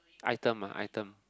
item ah item